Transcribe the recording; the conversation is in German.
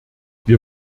wir